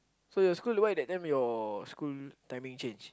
so your school why that time your school timing change